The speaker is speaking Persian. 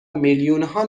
میلیونها